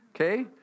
okay